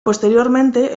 posteriormente